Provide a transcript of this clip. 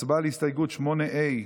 הצבעה על הסתייגות 8 ה'.